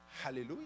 Hallelujah